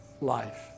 life